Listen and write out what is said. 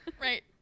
Right